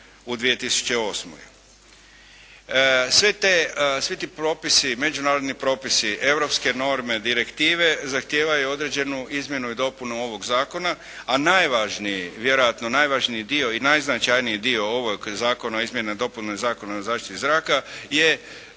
u 2008. Svi ti propisi, međunarodni propisi, europske norme, direktive zahtijevaju određenu izmjenu i dopunu ovog zakona, a najvažniji, vjerojatno najvažniji dio i najznačajniji dio ovog Zakona o izmjeni i dopuni Zakona o zaštiti zraka je